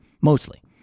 mostly